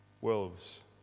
wolves